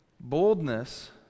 boldness